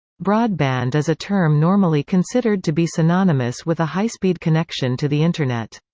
broadband is a term normally considered to be synonymous with a high-speed connection to the internet.